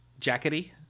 Jackety